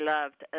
Loved